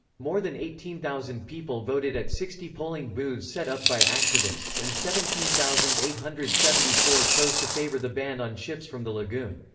more than eighteen thousand people voted at sixty polling booths set up by activists and seventeen thousand eight hundred and seventy four chose to favor the ban on ships from the lagoon.